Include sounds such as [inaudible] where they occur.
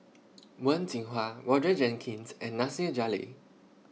[noise] Wen Jinhua Roger Jenkins and Nasir Jalil